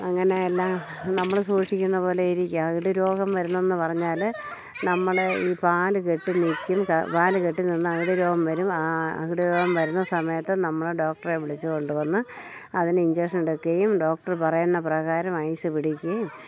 അങ്ങനെ എല്ലാം നമ്മൾ സൂക്ഷിക്കുന്ന പോലെ ഇരിക്കും അകിട് രോഗം വരുന്നതെന്ന് പറഞ്ഞാൽ നമ്മൾ ഈ പാല് കെട്ടി നിൽക്കും പാൽ കെട്ടി നിന്ന് അകിടിൽ രോഗം വരും ആ അകിട് രോഗം വരുന്ന സമയത്ത് നമ്മൾ ഡോക്ടറെ വിളിച്ചു കൊണ്ടു വന്ന് അതിന് ഇഞ്ചക്ഷൻ എടുക്കുകയും ഡോക്ടർ പറയുന്നത് പ്രകാരം അയസ് പിടിക്കുകയും